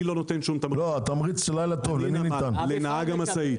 הוא ניתן לנהג המשאית